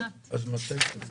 הנושא הזה באמת